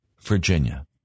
Virginia